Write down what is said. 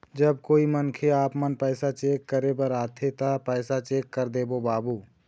जब कोई मनखे आपमन पैसा चेक करे बर आथे ता पैसा चेक कर देबो बाबू?